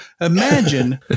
imagine